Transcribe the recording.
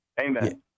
Amen